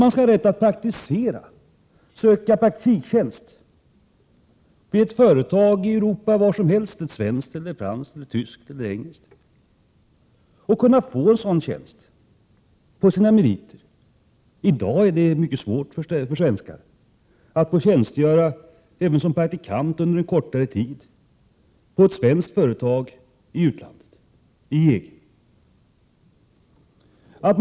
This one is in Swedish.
Man skall ha rätt att praktisera och att söka praktiktjänst vid företag var som helst i Europa — ett svenskt, franskt, tyskt eller engelskt företag — och kunna få en sådan tjänst på sina meriter. I dag är det mycket svårt för svenskar att få tjänstgöra ens som praktikant under kortare tid på ett svenskt företag inom EG.